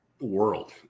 world